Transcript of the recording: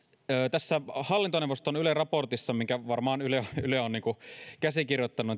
tässä hallintoneuvoston yle raportissa minkä varmaan yle on niin kuin käsikirjoittanut